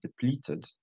depleted